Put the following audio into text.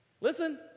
Listen